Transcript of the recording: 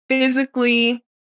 physically